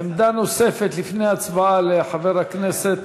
עמדה נוספת לפני הצבעה לחבר הכנסת